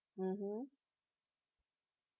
mmhmm